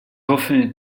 hoffe